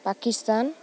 Pakistan